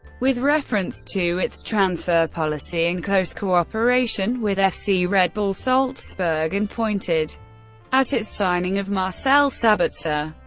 with reference to its transfer policy in close cooperation with fc red bull salzburg, and pointed at its signing of marcel sabitzer.